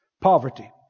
poverty